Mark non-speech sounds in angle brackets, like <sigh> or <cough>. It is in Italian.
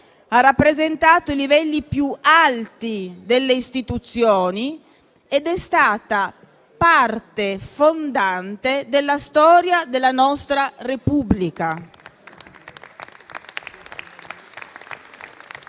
ha rappresentato i livelli più alti delle istituzioni ed è stata parte fondante della storia della nostra Repubblica. <applause> Di